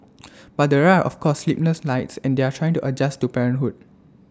but there are of course sleepless nights and they are trying to adjust to parenthood